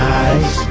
eyes